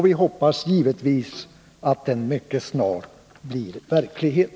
Vi hoppas givetvis att den mycket snart blir verklighet.